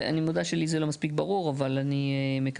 אני מודה שלי זה לא מספיק ברור, אבל אני מקבלת.